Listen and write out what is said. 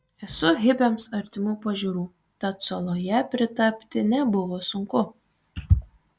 esu hipiams artimų pažiūrų tad saloje pritapti nebuvo sunku